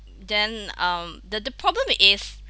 then um the the problem is